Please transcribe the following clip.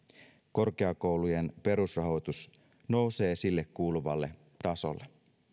korkeakoulujen perusrahoitus nousee sille kuuluvalle tasolle